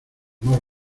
más